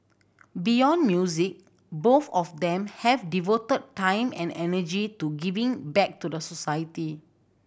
beyond music both of them have devoted time and energy to giving back to society